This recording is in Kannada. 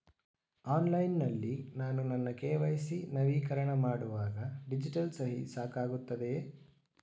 ಆನ್ಲೈನ್ ನಲ್ಲಿ ನಾನು ನನ್ನ ಕೆ.ವೈ.ಸಿ ನವೀಕರಣ ಮಾಡುವಾಗ ಡಿಜಿಟಲ್ ಸಹಿ ಸಾಕಾಗುತ್ತದೆಯೇ?